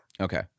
Okay